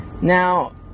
Now